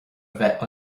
bheith